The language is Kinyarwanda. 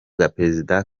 perezida